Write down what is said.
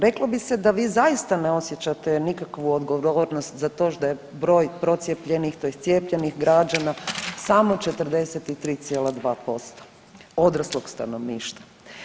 Reklo bi se da vi zaista ne osjećate nikakvu odgovornost za to da je broj procijepljenih tj. cijepljenih građana samo 43,2% odraslog stanovništva.